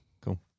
cool